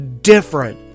different